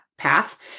path